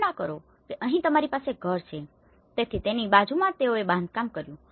કલ્પના કરો કે અહી તમારી પાસે ઘર છે તેથી તેની બાજુમાં જ તેઓએ બાંધકામ કર્યું